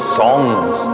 songs